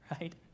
right